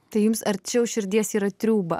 tai jums arčiau širdies yra triūba